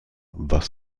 was